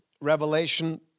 Revelation